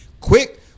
Quick